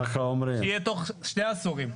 שיהיה תוך שני עשורים.